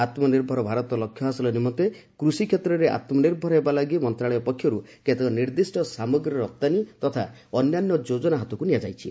ଆତ୍ମନିର୍ଭର ଭାରତ ଲକ୍ଷ୍ୟ ହାସଲ ନିମନ୍ତେ କୃଷି କ୍ଷେତ୍ରରେ ଆତ୍ମନିର୍ଭର ହେବା ଲାଗି ମନ୍ତ୍ରଣାଳୟ ପକ୍ଷରୁ କେତେକ ନିର୍ଦ୍ଧିଷ୍ଟ ସାମଗ୍ରୀର ରପ୍ତାନୀ ତଥା ଅନ୍ୟାନ୍ୟ ଯୋକ୍ତନା ହାତକୁ ନିଆଯାଇଛି